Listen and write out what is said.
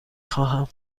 خواهم